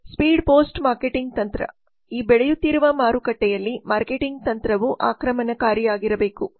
speed ಪೋಸ್ಟ್ನ marketing ತಂತ್ರ ಈ ಬೆಳೆಯುತ್ತಿರುವ ಮಾರುಕಟ್ಟೆಯಲ್ಲಿ ಮಾರ್ಕೆಟಿಂಗ್ ತಂತ್ರವು ಆಕ್ರಮಣಕಾರಿಯಾಗಿರಬೇಕು